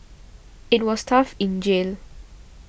it was tough in jail